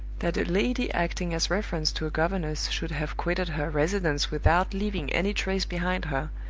that a lady acting as reference to a governess should have quitted her residence without leaving any trace behind her,